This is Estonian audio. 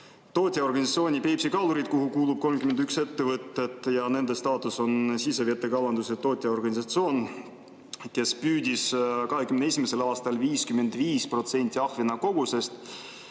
tootjaorganisatsiooni Peipsi Kalurid, kuhu kuulub 31 ettevõtet. Nende staatus on sisevete kalanduse tootjaorganisatsioon ja nad püüdsid 2021. aastal 55% ahvena kogusest.